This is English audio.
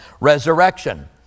resurrection